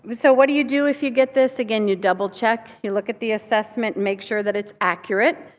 so what do you do if you get this? again you double check. you look at the assessment. make sure that it's accurate.